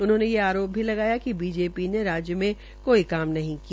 उन्होंने ये आरोप भी लगाया कि बीजेपी ने राज्य में कोई काम नहीं किया